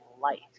light